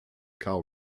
cao